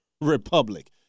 republic